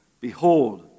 Behold